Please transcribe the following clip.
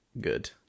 good